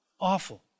awful